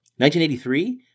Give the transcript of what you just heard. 1983